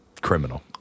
criminal